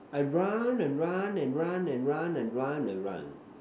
I run and run and run and run and run and run